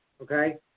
Okay